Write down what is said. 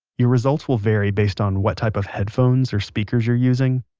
your results will vary based on what type of headphones or speakers you're using,